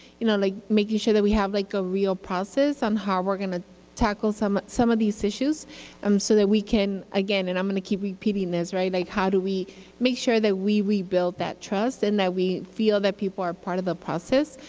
you know like making sure that we have like a real process on how we are going to tackle some some of these issues um so that we can again, and i'm going to keep repeating this like how do we make sure that we rebuild the trust and that we feel that people are part of the process,